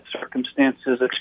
circumstances